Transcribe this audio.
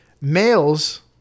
Males